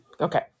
Okay